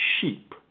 sheep